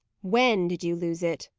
when did you lose it?